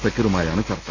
സക്കീറുമാ യാണ് ചർച്ച